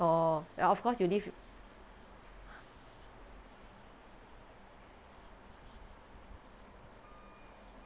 orh of course you leave